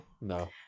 No